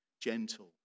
gentle